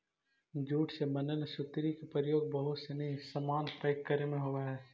jute से बनल सुतरी के प्रयोग बहुत सनी सामान पैक करे में होवऽ हइ